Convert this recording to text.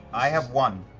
i have one.